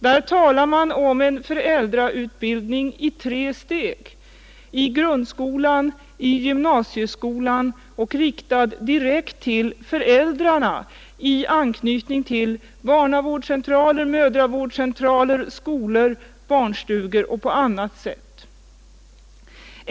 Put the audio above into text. Där talar man om en föräldrautbildning i tre steg: i grundskolan, i gymnasieskolan och riktad direkt till föräldrarna i anknytning till barnavårdscentraler, mödravårdscentraler, skolor och barnstugor och på annat sätt.